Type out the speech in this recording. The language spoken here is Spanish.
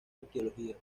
arqueología